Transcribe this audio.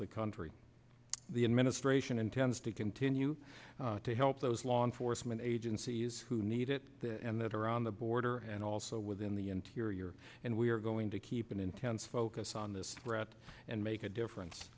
the country the administration intends to continue to help those law enforcement agencies who need it and that are on the border and also within the interior and we are going to keep an intense focus on this threat and make a difference